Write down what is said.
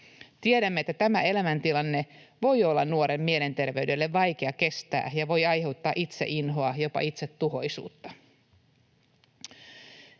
Tiedämme, että tämä elämäntilanne voi olla nuoren mielenterveydelle vaikea kestää ja voi aiheuttaa itseinhoa, jopa itsetuhoisuutta.